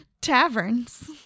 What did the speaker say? taverns